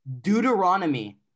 Deuteronomy